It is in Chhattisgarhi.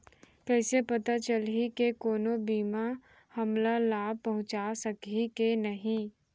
कइसे पता चलही के कोनो बीमा हमला लाभ पहूँचा सकही के नही